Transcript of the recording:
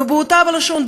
ובאותה הלשון,